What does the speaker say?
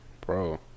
bro